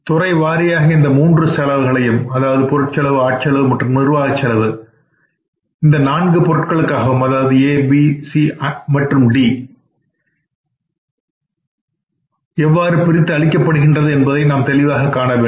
துறைவாரியாக இந்த மூன்று செலவுகளையும் பொருட்செலவு ஆட்செலவு நிர்வாகச் செலவு நான்கு பொருள்களுக்காக A B C and D எவ்வாறு பிரித்து அளிக்கப்படுகின்றன என்பதை நாம் தெளிவாக காண வேண்டும்